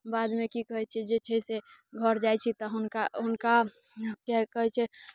बादमे की कहैत छै जे छै से घर जाइत छी तऽ हुनका हुनका कहैत छै